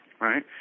right